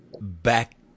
Back